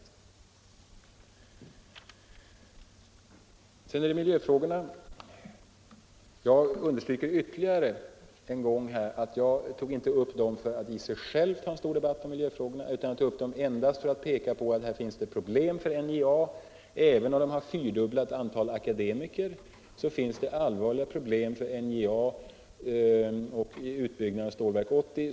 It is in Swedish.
Vad det sedan gäller miljöfrågorna vill jag understryka ytterligare en gång att jag inte tog upp dem för att få en stor debatt om de frågorna, utan jag tog upp dem endast för att peka på att det här finns problem för NJA. Även om NJA har fyrdubblat antalet akademiker bland sina anställda möter det allvarliga problem i samband med utbyggnaden av Stålverk 80.